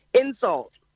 insult